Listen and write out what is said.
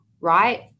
right